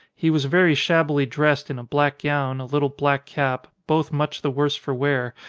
he was very shabbily dressed in a black gown, a little black cap, both much the worse for wear,